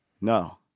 No